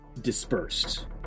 dispersed